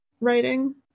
writing